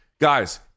guys